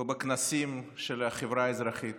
ובכנסים של החברה האזרחית